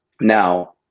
now